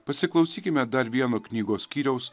pasiklausykime dar vieno knygos skyriaus